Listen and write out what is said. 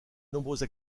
nombreuses